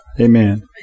Amen